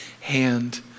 hand